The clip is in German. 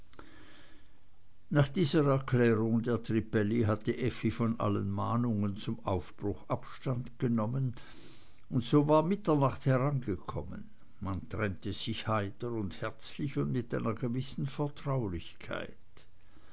nach dieser erklärung der trippelli hatte effi von allen mahnungen zum aufbruch abstand genommen und so war mitternacht herangekommen man trennte sich heiter und herzlich und mit einer gewissen vertraulichkeit